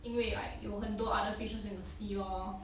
因为 like 有很多 other fishes in the sea lor